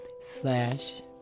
slash